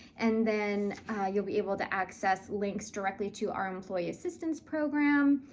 and then you'll be able to access links directly to our employee assistance program,